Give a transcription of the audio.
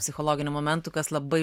psichologinių momentų kas labai